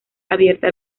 abierta